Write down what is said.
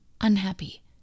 unhappy